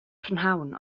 prynhawn